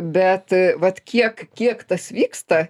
bet vat kiek kiek tas vyksta